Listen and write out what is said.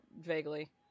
vaguely